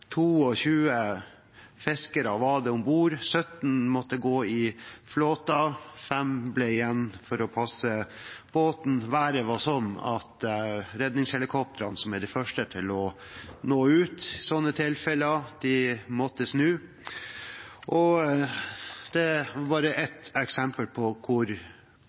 var 22 fiskere om bord, 17 måtte gå i flåte, 5 ble igjen for å passe båten. Været var slik at redningshelikoptrene, som er de første til å nå fram i slike tilfeller, måtte snu. Dette er bare ett eksempel på